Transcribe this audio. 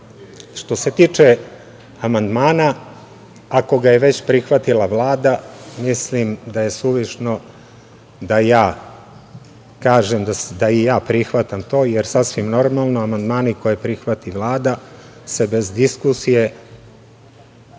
se tiče amandmana, ako ga je već prihvatila Vlada, mislim da je suvišno da kažem da i ja prihvatam to, jer, sasvim normalno, amandmani koje prihvati Vlada se bez diskusije